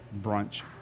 brunch